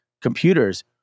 computers